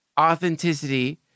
authenticity